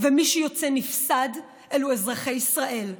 ומי שיוצא נפסד אלו אזרחי ישראל,